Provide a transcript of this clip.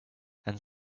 and